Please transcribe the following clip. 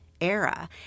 era